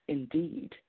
Indeed